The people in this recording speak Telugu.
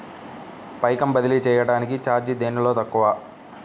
పైకం బదిలీ చెయ్యటానికి చార్జీ దేనిలో తక్కువ?